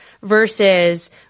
versus